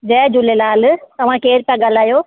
जय झूलेलाल तव्हां केरु था ॻाल्हायो